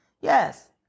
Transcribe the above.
Yes